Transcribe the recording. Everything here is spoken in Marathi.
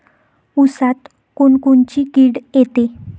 ऊसात कोनकोनची किड येते?